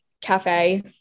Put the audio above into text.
cafe